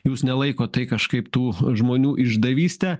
jūs nelaikot tai kažkaip tų žmonių išdavyste